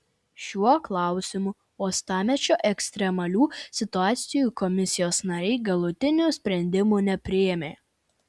šiuo klausimu uostamiesčio ekstremalių situacijų komisijos nariai galutinių sprendimų nepriėmė